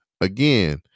Again